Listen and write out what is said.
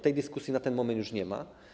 Tej dyskusji na ten moment już nie ma.